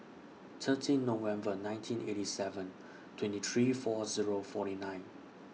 thirteen November nineteen eighty seven twenty three four Zero forty nine